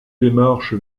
démarche